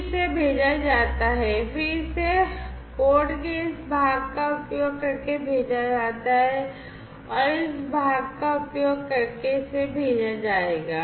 फिर इसे भेजा जाता है फिर इसे कोड के इस भाग का उपयोग करके भेजा जाता है इस भाग का उपयोग करके इसे भेजा जाता है